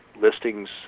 listings